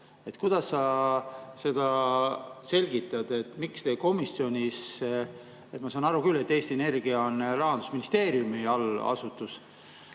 Kuidas sa seda selgitad? Miks te komisjonis ...? Ma saan aru küll, et Eesti Energia on Rahandusministeeriumi allasutus